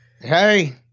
Hey